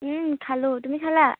খালোঁ তুমি খালা